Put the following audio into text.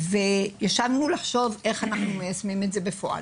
וחשבנו לחשוב איך אנחנו מיישמים את זה בפועל.